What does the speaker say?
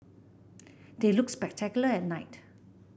they look spectacular at night